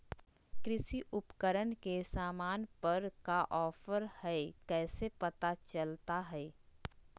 कृषि उपकरण के सामान पर का ऑफर हाय कैसे पता चलता हय?